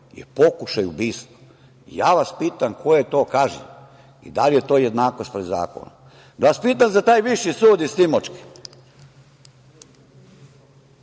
je pokušaj ubistva. Ja vas pitam – ko je to kažnjen i da li je to jednakost pred zakonom? Da vas pitam za taj Viši sud iz Timočke.